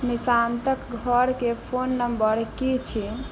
निशान्तक घरके phone number की छियै